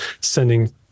sending